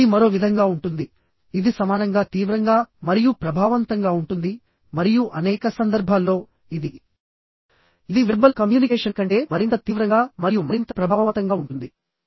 ఇది మరో విధంగా ఉంటుంది ఇది సమానంగా తీవ్రంగా మరియు ప్రభావవంతంగా ఉంటుంది మరియు అనేక సందర్భాల్లో ఇది ఇది వెర్బల్ కమ్యూనికేషన్ కంటే మరింత తీవ్రంగా మరియు మరింత ప్రభావవంతంగా ఉంటుంది